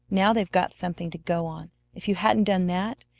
now they've got something to go on. if you hadn't done that,